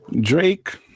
Drake